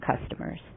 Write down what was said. customers